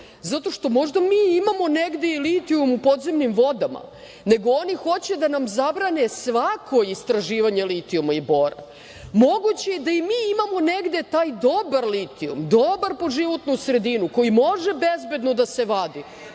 zato što možda mi imamo negde i litijum u podzemnim vodama, nego oni hoće da nam zabrane svako istraživanje litijuma i bora. Moguće je da i mi imamo negde taj dobar litijum, dobar po životnu sredinu, koji može bezbedno da se vadi,